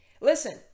Listen